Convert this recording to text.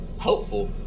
helpful